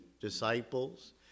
disciples